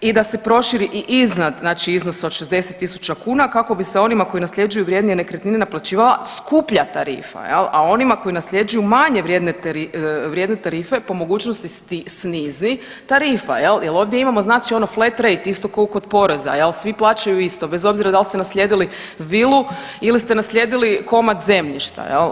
i da se proširi i iznad znači iznos od 60.000 kuna kako bi se onima koji nasljeđuju vrijednije nekretnine naplaćivala skuplja tarifa, a onima koji nasljeđuju manje vrijedne nekretnine po mogućnosti snizi tarifa jel ovdje imamo znači ono flat rate isto ko kod poreza svi plaćaju isto bez obzira dal ste naslijedili vilu ili ste naslijedili komad zemljišta jel.